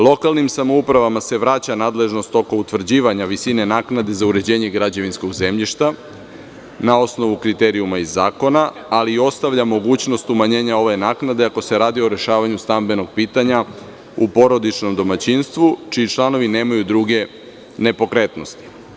Lokalnim samoupravama se vraća nadležnost oko utvrđivanja visine naknade za uređenje građevinskog zemljišta na osnovu kriterijuma i zakona, ali i ostavlja mogućnost umanjenja ove naknade ako se radi o rešavanju stambenog pitanja u porodičnom domaćinstvu čiji članovi nemaju druge nepokretnosti.